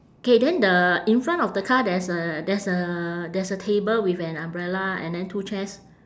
K then the in front of the car there's a there's a there's a table with an umbrella and then two chairs